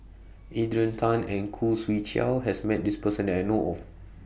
Adrian Tan and Khoo Swee Chiow has Met This Person that I know of